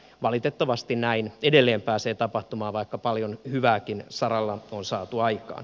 valitettavasti näin edelleen pääsee tapahtumaan vaikka paljon hyvääkin saralla on saatu aikaan